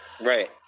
Right